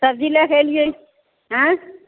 सब्जी लए कऽ एलियै